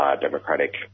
democratic